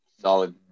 Solid